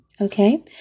Okay